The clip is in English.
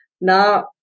Now